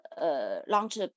launched